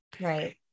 Right